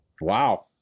wow